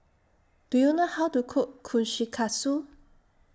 Do YOU know How to Cook Kushikatsu